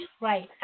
right